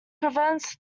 prevents